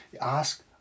Ask